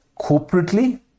corporately